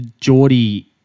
Geordie